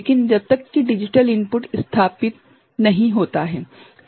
केवल जब तक की डिजिटल इनपुट स्थापित नहीं होता है